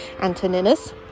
Antoninus